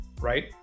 right